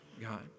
God